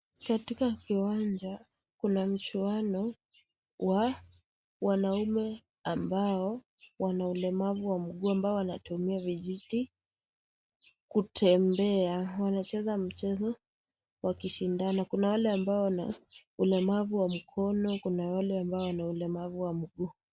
Katika kiwanja kuna mchuano wa mwanaume ambao wana ulemavu wa mguu ambao wanatumia vijiti kutembea wanacheza mchezo wakishindana. Kuna wale ambao wana ulemavu wa mkono kuna wale ambao wana ulemavu wa mguu.